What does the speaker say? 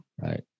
Right